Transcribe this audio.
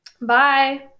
Bye